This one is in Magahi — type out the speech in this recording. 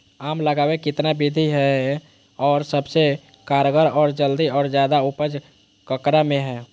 आम लगावे कितना विधि है, और सबसे कारगर और जल्दी और ज्यादा उपज ककरा में है?